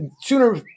Sooner